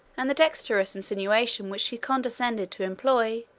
and the dexterous insinuation which she condescended to employ,